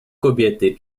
kobiety